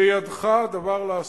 בידך הדבר לעשותו.